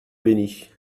bénit